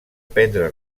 prendre